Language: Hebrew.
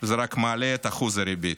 זה רק מעלה את אחוז הריבית.